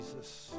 Jesus